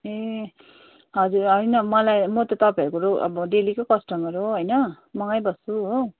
ए हजुर होइन मलाई म त तपाईँहरूको अब डेलीको कस्टमर हो होइन म यहीँ बस्छु हो